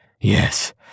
Yes